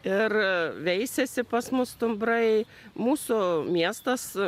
ir veisiasi pas mus stumbrai mūsų miestas